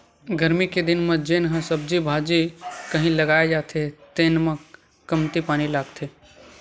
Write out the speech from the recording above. गरमी के दिन म जेन ह सब्जी भाजी अउ कहि लगाए जाथे तेन म कमती पानी लागथे